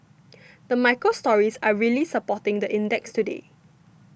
the micro stories are really supporting the index today